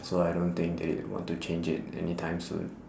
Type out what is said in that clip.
so I don't think they want to change it anytime soon